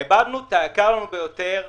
איבדנו את היקר לנו ביותר.